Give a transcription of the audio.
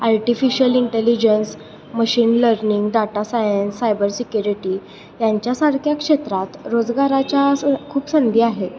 artificial intelligence machine learning data science cyber security यांच्यासारख्या क्षेत्रात रोजगाराच्या खूप संधी आहे